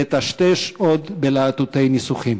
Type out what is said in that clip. לטשטש עוד בלהטוטי ניסוחים.